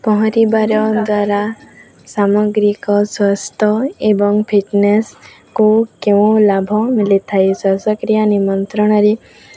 ପହଁରିବାର ଦ୍ୱାରା ସାମଗ୍ରିକ ସ୍ୱାସ୍ଥ୍ୟ ଏବଂ ଫିଟନେସ୍କୁ କେଉଁ ଲାଭ ମିଳିଥାଏ ଶ୍ୱାସକ୍ରିୟା ନିମନ୍ତ୍ରଣରେ